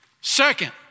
Second